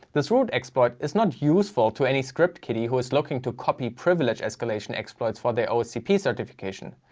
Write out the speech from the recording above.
this root exploit is not useful to any script kiddy who is looking to copy privilege escalation exploits for their oscp certification.